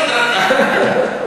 כי אתה שקרן סדרתי.